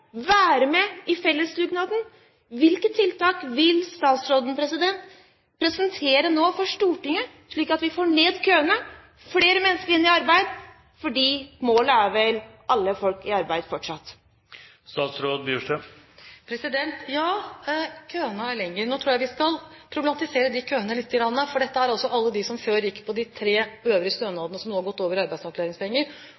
være med i fellesdugnaden. Hvilke tiltak vil statsråden presentere for Stortinget, slik at vi får ned køene, flere mennesker inn i arbeid, for målet er vel alle folk i arbeid – fortsatt? Ja, køene er lengre. Nå tror jeg vi skal problematisere de køene lite grann. Dette er altså alle de som før gikk på de tre øvrige